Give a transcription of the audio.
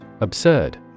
Absurd